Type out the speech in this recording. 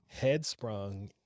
Headsprung